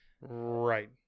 right